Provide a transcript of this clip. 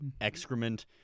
excrement